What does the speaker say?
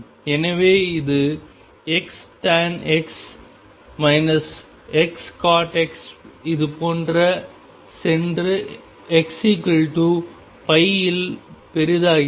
எனவே இது X tan X Xcot X இதுபோன்று சென்று Xπ இல் பெரிதாகிறது